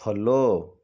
follow